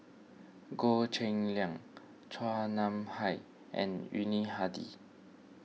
Goh Cheng Liang Chua Nam Hai and Yuni Hadi